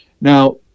Now